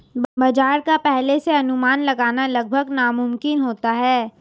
बाजार का पहले से अनुमान लगाना लगभग नामुमकिन होता है